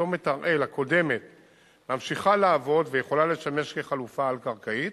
צומת הראל הקודם ממשיך לעבוד ויכול לשמש כחלופה על-קרקעית.